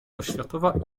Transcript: oświatowa